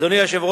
הצעת החוק